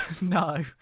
no